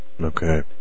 Okay